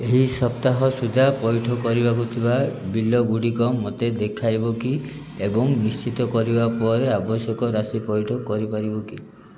ଏ ସପ୍ତାହ ସୁଦ୍ଧା ପଇଠ କରିବାକୁ ଥିବା ବିଲ୍ ଗୁଡ଼ିକ ମୋତେ ଦେଖାଇବ କି ଏବଂ ନିଶ୍ଚିତ କରିବା ପରେ ଆବଶ୍ୟକ ରାଶି ପଇଠ କରିପାରିବ କି